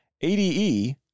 ADE